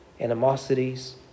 animosities